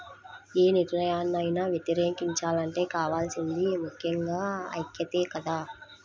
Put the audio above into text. యే నిర్ణయాన్నైనా వ్యతిరేకించాలంటే కావాల్సింది ముక్కెంగా ఐక్యతే కదా